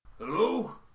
Hello